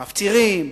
מפצירים,